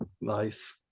Nice